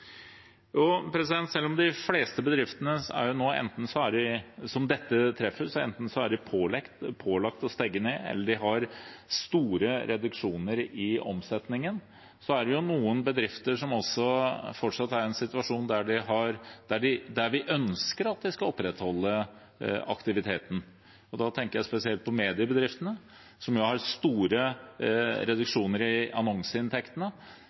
og kommer tilbake med forslag, som kan være målrettet. Selv om de fleste bedriftene som dette treffer, enten er pålagt å stenge ned eller de har store reduksjoner i omsetningen, er det noen bedrifter som fortsatt er i en situasjon der vi ønsker at de skal opprettholde aktiviteten. Da tenker jeg spesielt på mediebedriftene, som har store reduksjoner i annonseinntektene.